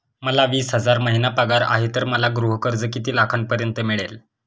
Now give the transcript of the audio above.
मला वीस हजार महिना पगार आहे तर मला गृह कर्ज किती लाखांपर्यंत मिळेल?